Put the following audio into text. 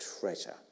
treasure